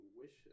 wish